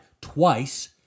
twice